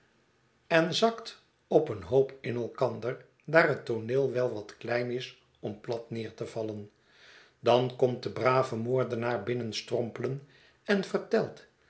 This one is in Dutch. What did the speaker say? en zakt op een hoop in elkander daar het tooneel wel wat klein is ora plat neer te vallen dan komt de brave moordenaar binnenstrompelen en